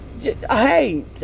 Hey